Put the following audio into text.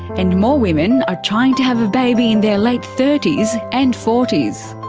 and more women are trying to have a baby in their late thirty s and forty s.